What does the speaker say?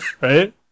Right